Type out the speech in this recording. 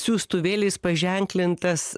siųstuvėliais paženklintas